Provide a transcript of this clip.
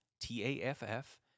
t-a-f-f